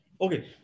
Okay